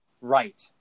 Right